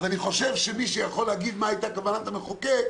אני חושב שמי שיכול להגיד מה הייתה כוונת המחוקק